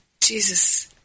Jesus